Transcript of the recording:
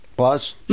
Plus